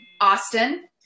Austin